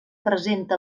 presenta